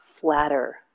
flatter